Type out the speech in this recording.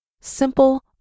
Simple